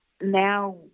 now